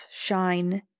shine